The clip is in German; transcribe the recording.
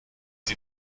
die